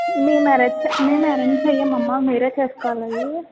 మేము ఆరేజ్ మేము అరేంజ్ చేయమమ్మా మీరే చేసుకొవాలి అవీ